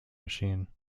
machine